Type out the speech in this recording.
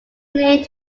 named